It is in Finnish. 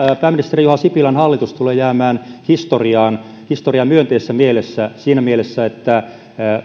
pääministeri juha sipilän hallitus tulee jäämään historiaan myönteisessä mielessä siinä mielessä että